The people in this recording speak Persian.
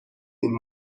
این